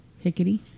Hickety